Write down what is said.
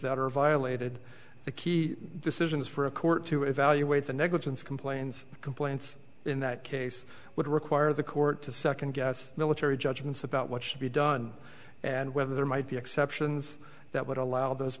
that are violated the key decisions for a court to evaluate the negligence complains complaints in that case would require the court to second guess military judgments about what should be done and whether there might be exceptions that would allow those